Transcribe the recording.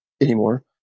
anymore